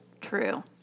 True